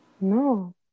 No